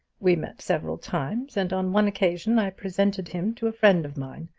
we met several times and on one occasion i presented him to a friend of mine,